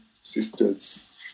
sisters